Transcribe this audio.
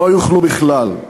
לא יאכלו בכלל.